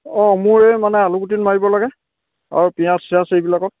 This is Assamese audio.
অঁ মোৰ এই মানে আলুগুটিত মাৰিব লাগে আৰু পিঁয়াজ চিয়াঁজ এইবিলাকত